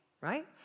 right